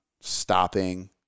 stopping